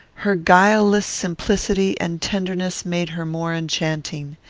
her guileless simplicity and tenderness made her more enchanting.